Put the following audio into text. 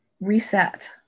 reset